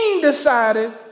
decided